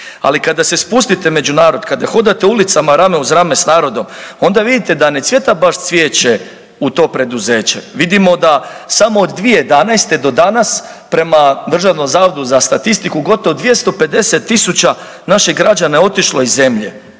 ali kada se spustite među narod, kada hodate ulicama rame uz rame s narodom, onda vidite da ne cvijeta baš cvijeće u to preduzeće. Vidimo da samo od 2011. do danas prema DZS-u gotovo 250 tisuća naših građana je otišlo iz zemlje.